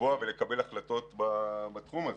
לקבוע ולקבל החלטות בתחום הזה.